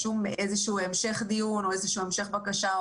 איזה שהוא המשך דיון או איזה שהוא המשך בקשה,